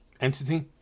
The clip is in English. entity